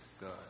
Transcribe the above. God